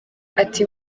ati